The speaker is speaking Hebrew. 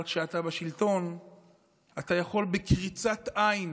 אבל כשאתה בשלטון אתה יכול בקריצת עין